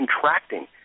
contracting